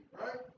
right